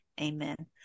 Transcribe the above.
Amen